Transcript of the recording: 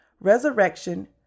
resurrection